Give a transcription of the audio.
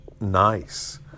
nice